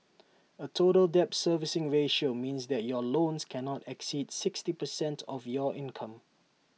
A total debt servicing ratio means that your loans cannot exceed sixty percent of your income